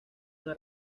una